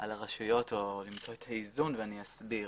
על הרשויות או למצוא את האיזון ואני אסביר.